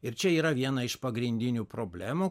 ir čia yra viena iš pagrindinių problemų